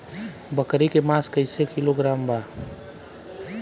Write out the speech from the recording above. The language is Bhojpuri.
बकरी के मांस कईसे किलोग्राम बा?